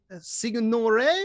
Signore